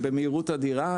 במהירות אדירה,